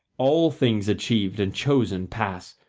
all things achieved and chosen pass,